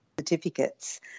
certificates